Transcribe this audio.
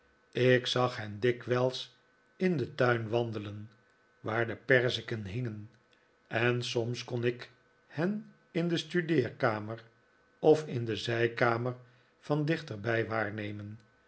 ik zag hen dikwijls in den tuin wandelen waar de perziken hingen en soms kon ik hen in de studeer of in de zijkamer van dichterbij waarnemen